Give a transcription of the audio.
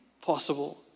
possible